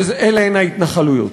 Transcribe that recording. ואלה הן ההתנחלויות.